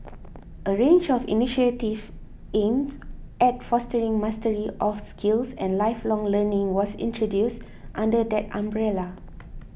a range of initiatives aimed at fostering mastery of skills and lifelong learning was introduced under that umbrella